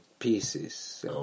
pieces